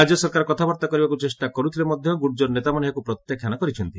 ରାଜ୍ୟ ସରକାର କଥାବାର୍ତ୍ତା କରିବାକୁ ଚେଷ୍ଟା କରୁଥିଲେ ମଧ୍ୟ ଗୁର୍ଜର ନେତାମାନେ ଏହାକୁ ପ୍ରତ୍ୟାଖ୍ୟାନ କରିଛନ୍ତି